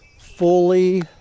fully